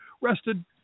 rested